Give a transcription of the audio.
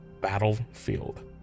battlefield